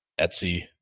Etsy